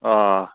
آ